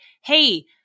hey